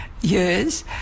years